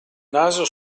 naso